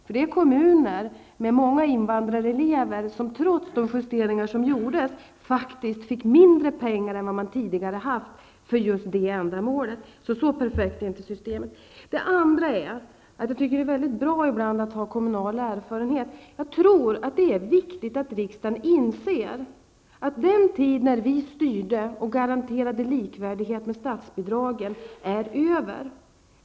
Det finns kommuner med många invandrarelever som trots de justeringar som gjordes faktiskt fick mindre pengar än vad de tidigare fick för just detta ändamål. Systemet är inte så perfekt. Sedan tycker jag att det ibland är mycket bra att ha kommunal erfarenhet. Det är viktigt att riksdagen inser att den tid när man styrde verksamheten och garanterade likvärdighet med statsbidragen är över.